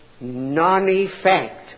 non-effect